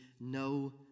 no